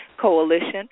Coalition